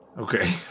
Okay